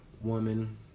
woman